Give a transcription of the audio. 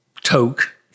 toke